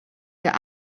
der